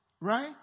Right